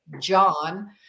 John